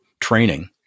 training